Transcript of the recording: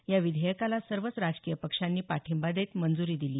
या विधेयकाला सर्वच राजकीय पक्षांनी पाठिंबा देत मंजूरी दिली